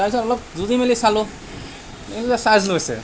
তাৰপিছত অলপ যুঁজি মেলি চালোঁ চাৰ্জ লৈছে